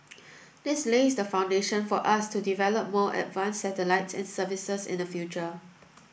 this lays the foundation for us to develop more advanced satellites and services in the future